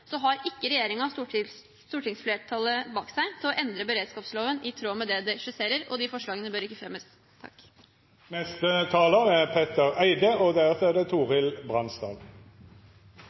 så klart som man har gjort, har ikke regjeringen stortingsflertallet bak seg til å endre beredskapsloven i tråd med det de skisserer, og de forslagene bør ikke fremmes. Det er undertegnede som har tatt initiativet til dette. Det